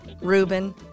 Reuben